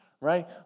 right